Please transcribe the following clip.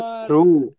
true